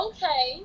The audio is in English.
Okay